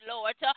Lord